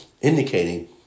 indicating